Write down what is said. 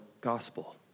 gospel